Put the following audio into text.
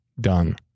done